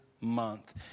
month